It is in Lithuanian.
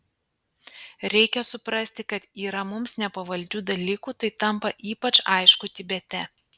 reikia suprasti kad yra mums nepavaldžių dalykų tai tampa ypač aišku tibete